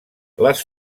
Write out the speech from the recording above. les